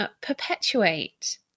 perpetuate